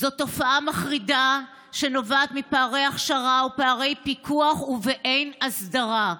זו תופעה מחרידה שנובעת מפערי הכשרה ופערי פיקוח ובאין הסדרה,